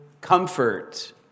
comfort